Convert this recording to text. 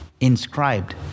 inscribed